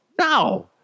No